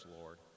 Lord